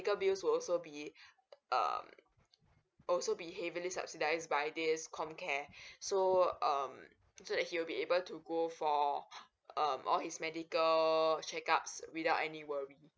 bills will also be um also be heavily subsidised by this comcare so um so that he will be able to go for um all his medical checkups without any worry